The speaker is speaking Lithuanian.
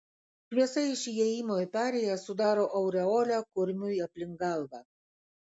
šviesa iš įėjimo į perėją sudaro aureolę kurmiui aplink galvą